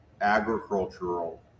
agricultural